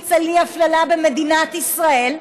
להמליץ על אי-הפללה במדינת ישראל,